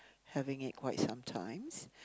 having for quite sometimes